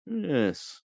Yes